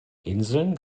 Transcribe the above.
inseln